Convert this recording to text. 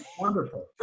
wonderful